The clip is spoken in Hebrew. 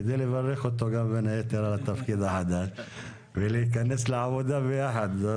כדי לברך אותו בין היתר על התפקיד החדש ולהיכנס לעבודה ביחד.